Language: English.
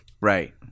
Right